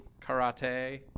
karate